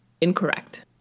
incorrect